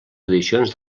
edicions